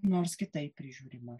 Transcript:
nors kitaip prižiūrima